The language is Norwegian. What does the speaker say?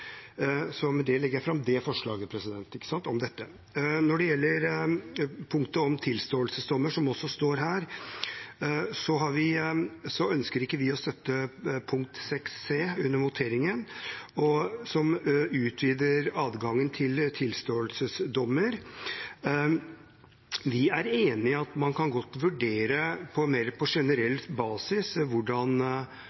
Med det legger jeg fram det forslaget. Når det gjelder punktet om tilståelsesdommer, ønsker vi ikke under voteringen å støtte forslaget om ny § 6 c, som utvider adgangen til tilståelsesdommer. Vi er enig i at man godt kan vurdere på